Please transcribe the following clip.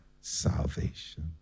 salvation